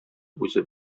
үзе